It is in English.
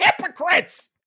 hypocrites